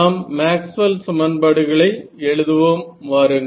நமது மேக்ஸ்வெல் சமன்பாடுகளை எழுதுவோம் வாருங்கள்